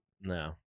No